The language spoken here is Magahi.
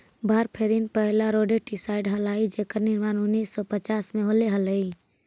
वारफेरिन पहिला रोडेंटिसाइड हलाई जेकर निर्माण उन्नीस सौ पच्चास में होले हलाई